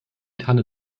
tanne